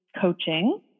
coaching